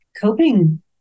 coping